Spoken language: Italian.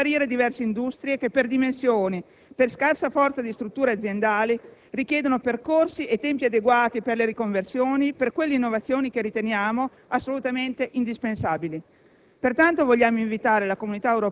avrebbe come conseguenza di far scomparire diverse industrie, che, per dimensioni e per scarsa forza di strutture aziendali, richiedono percorsi e tempi adeguati per le riconversioni, per quelle innovazioni che riteniamo assolutamente indispensabili.